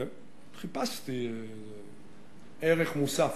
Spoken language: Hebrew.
חיפשתי ערך מוסף.